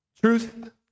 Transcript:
Truth